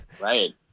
Right